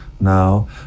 now